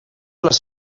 les